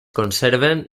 conserven